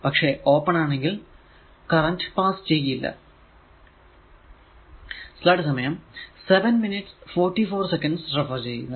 പക്ഷെ ഓപ്പൺ ആണെങ്കിൽ current current pass ചെയ്യില്ല